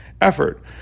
effort